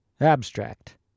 Abstract